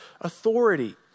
authority